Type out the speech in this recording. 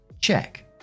Check